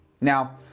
Now